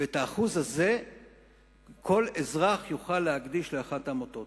ואת ה-1% הזה כל אזרח יוכל להקדיש לאחת העמותות.